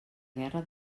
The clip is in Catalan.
guerra